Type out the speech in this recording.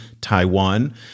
Taiwan